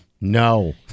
No